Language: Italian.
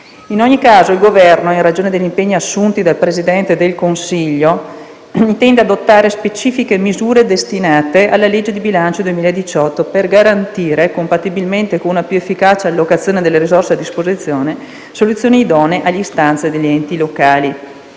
In ogni caso il Governo, in ragione anche degli impegni assunti dal Presidente del Consiglio, intende adottare specifiche misure destinate alla legge di bilancio 2018 per garantire, compatibilmente con una più efficace allocazione delle risorse a disposizione, soluzioni idonee alle istanze degli enti.